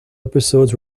episodes